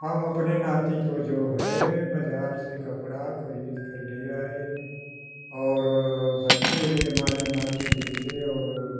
हम अपने नाती को जो है बाज़ार से कपड़ा खरीद कर ले आए और बच्चे हमारे नाती देखे और